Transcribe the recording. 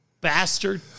bastard